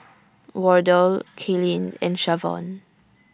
Wardell Kaelyn and Shavon